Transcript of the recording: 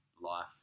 Life